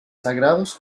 sagrados